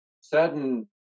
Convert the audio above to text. certain